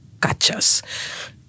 cachas